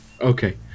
Okay